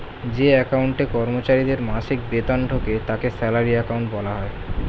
যে অ্যাকাউন্টে কর্মচারীদের মাসিক বেতন ঢোকে তাকে স্যালারি অ্যাকাউন্ট বলা হয়